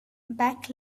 back